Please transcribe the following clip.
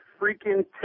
freaking